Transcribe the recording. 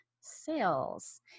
sales